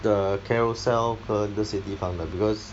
the Carousell 跟这些地方的 because